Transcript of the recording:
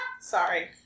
Sorry